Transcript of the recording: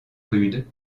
rude